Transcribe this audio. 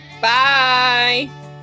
Bye